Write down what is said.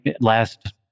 last